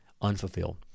unfulfilled